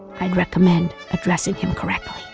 i'd recommend addr essing him correctly